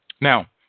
Now